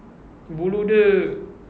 bulu dia